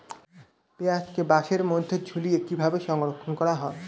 পেঁয়াজকে বাসের মধ্যে ঝুলিয়ে কিভাবে সংরক্ষণ করা হয়?